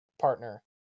partner